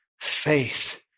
faith